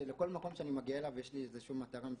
לכל מקום שאני מגיע אליו יש לי איזושהי מטרה מסוימת.